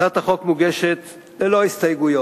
הצעת החוק מוגשת ללא הסתייגויות,